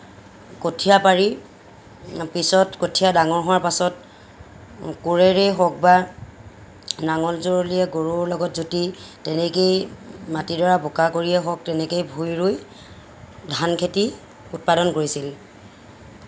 কঠিয়া পাৰি পিছত কঠিয়া ডাঙৰ হোৱাৰ পাছত কোৰেৰে হওঁক বা নাঙল জৰুলিৰে গৰুৰ লগত জুতি তেনেকেই মাটিদৰা বোকা কৰিয়েই হওঁক তেনেকেই ভুই ৰুই ধান খেতি উৎপাদন কৰিছিল